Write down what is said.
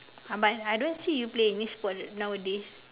uh but I don't see you play any sports [what] nowadays